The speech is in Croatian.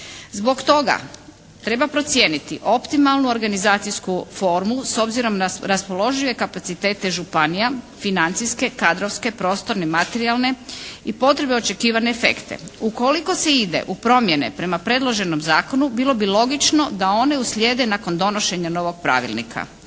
Zbog toga treba procijeniti optimalnu organizacijsku formu s obzirom na raspoložive kapacitete županija financijske, kadrovske, prostorne, materijalne i potrebne očekivane efekte. Ukoliko se ide u promjene prema predloženom zakonu bilo bi logično da one uslijede nakon donošenja novog pravilnika.